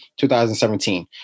2017